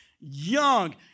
young